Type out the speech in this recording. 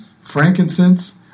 Frankincense